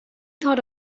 thought